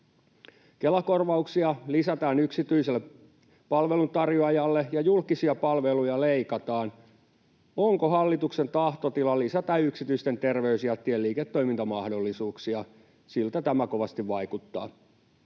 Kela-korvauksia lisätään yksityiselle palveluntarjoajalle, ja julkisia palveluja leikataan. Onko hallituksen tahtotila lisätä yksityisten terveysjättien liiketoimintamahdollisuuksia? Siltä tämä kovasti vaikuttaa.